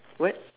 what